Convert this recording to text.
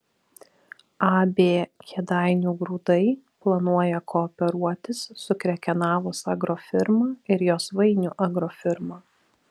ab kėdainių grūdai planuoja kooperuotis su krekenavos agrofirma ir josvainių agrofirma